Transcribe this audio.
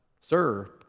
Sir